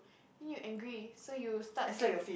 then you angry so you start to